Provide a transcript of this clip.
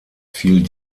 fiel